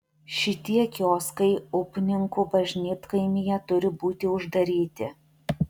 šitie kioskai upninkų bažnytkaimyje turi būti uždaryti